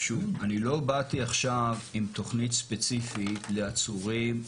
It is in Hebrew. אני לא באתי עכשיו עם תכנית ספציפית לעצורים,